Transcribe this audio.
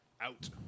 Out